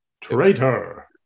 traitor